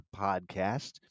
podcast